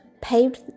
paved